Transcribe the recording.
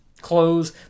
clothes